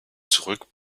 zurück